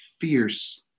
fierce